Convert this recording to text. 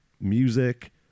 music